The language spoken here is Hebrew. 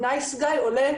נייס-גאי עולה,